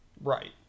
Right